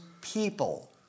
people